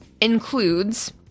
includes